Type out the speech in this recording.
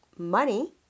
Money